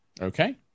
Okay